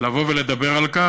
לבוא ולדבר על כך.